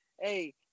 Hey